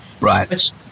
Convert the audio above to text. Right